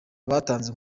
batanze